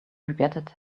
regretted